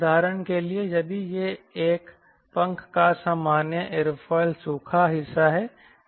उदाहरण के लिए यदि यह एक पंख का सामान्य एयरोफिल सूखा हिस्सा है